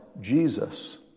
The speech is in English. Jesus